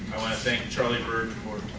i want to thank charlie bird for